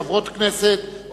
חברות כנסת,